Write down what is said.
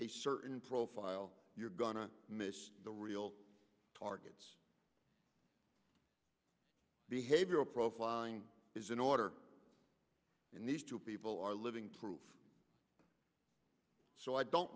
a certain profile you're going to miss the real targets behavioral profiling is in order and these two people are living proof so i don't